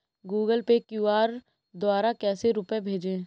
Google Pay QR द्वारा कैसे रूपए भेजें?